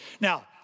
Now